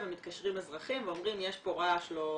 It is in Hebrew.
ומתקשרים אזרחים ואומרים "יש פה רעש לא תקין"